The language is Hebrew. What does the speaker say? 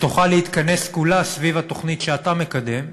ותוכל להתכנס כולה סביב התוכנית שאתה מקדם,